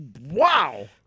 Wow